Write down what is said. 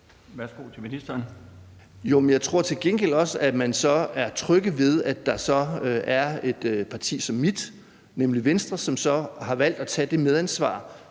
(Jacob Jensen): Jo, men jeg tror til gengæld også, at man er tryg ved, at der så er et parti som mit, nemlig Venstre, som har valgt at tage det medansvar